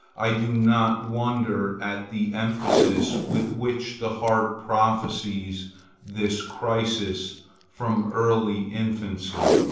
i do not wonder at the emphasis with which the heart prophesies this crisis from early infancy,